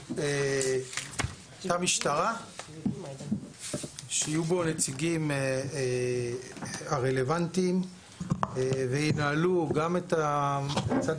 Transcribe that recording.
יהיו תא משטרה שיהיו בו נציגים הרלוונטיים וינהלו גם את הצד